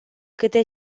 câte